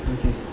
okay